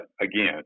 again